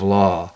law